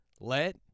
Let